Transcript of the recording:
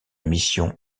mission